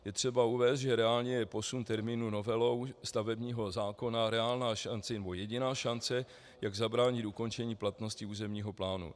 Je třeba uvést, že reálně je posun termínu novelou stavebního zákona jediná šance, jak zabránit ukončení platnosti územního plánu.